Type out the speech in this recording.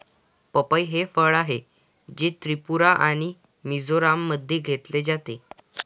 पपई हे फळ आहे, जे त्रिपुरा आणि मिझोराममध्ये घेतले जाते